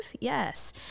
yes